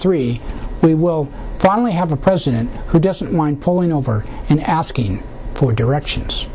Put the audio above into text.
three we will not only have a president who doesn't want pulling over and asking for directions